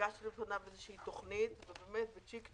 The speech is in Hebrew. הגשנו לו איזושהי תכנית ובאמת במהירות